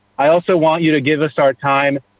i also want you to give us our time,